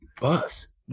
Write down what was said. bus